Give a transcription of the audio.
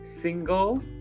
Single